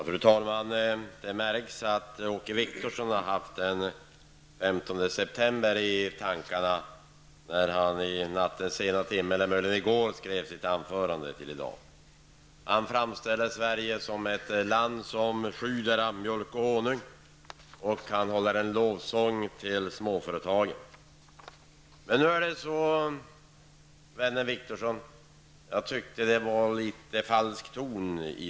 Fru talman! Det märks att Åke Wictorsson har haft den 15 september i tankarna när han i nattens sena timme eller möjligen i går skrev sitt anförande till i dag. Han framställer Sverige som ett land som flyter av mjölk och honung, och han håller en lovsång till småföretagen. Men jag tyckte, vännen Wictorsson, att tonen i den där sången var litet falsk.